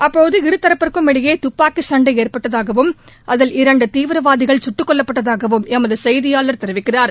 அப்போது இருதரப்புக்கும் இடையே துப்பாக்கி சண்டை ஏற்பட்டதாகவும் அதில் இரண்டு தீவிரவாதிகள் சுட்டுக் கொல்லப்பட்டதாகவம் எமது செய்தியாளர் தெரிவிக்கிறார்